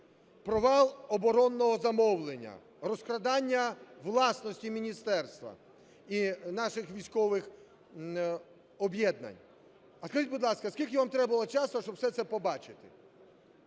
провал оборонного замовлення, розкрадання власності міністерства і наших військових об'єднань. А скажіть, будь ласка, скільки вам треба було часу, щоб все це побачити?